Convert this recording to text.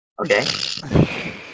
Okay